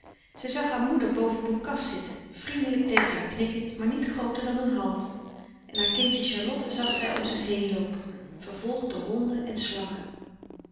zag haar moeder boven op een kast zitten vriendelijk tegen haar knikkend maar niet grooter dan een hand en haar kindje charlotte zag zij om zich heen loopen vervolgd door honden en slangen